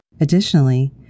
Additionally